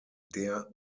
der